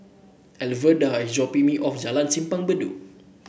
Alverda is dropping me off Jalan Simpang Bedok